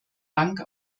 dank